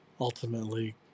ultimately